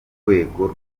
rwego